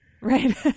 Right